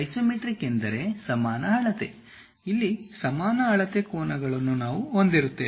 isometric ಎಂದರೆ ಸಮಾನ ಅಳತೆ ಇಲ್ಲಿ ಸಮಾನ ಅಳತೆ ಕೋನಗಳನ್ನು ನಾವು ಹೊಂದಿರುತ್ತೇವೆ